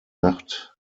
nacht